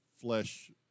flesh